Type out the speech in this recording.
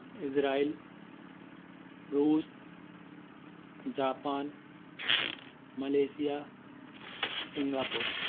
Israel Russia Japan Malaysia Singapore